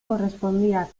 correspondía